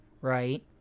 right